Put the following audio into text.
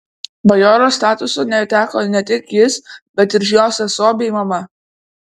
bajoro statuso neteko ne tik jis bet ir jo sesuo bei mama